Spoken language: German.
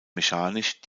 mechanisch